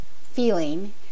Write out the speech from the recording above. feeling